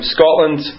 Scotland